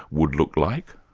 would look like?